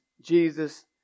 Jesus